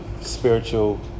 spiritual